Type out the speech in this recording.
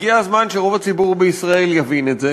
הגיע הזמן שרוב הציבור בישראל יבין את זה